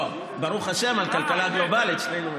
לא, על ברוך השם על כלכלה גלובלית שנינו מסכימים.